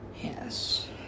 Yes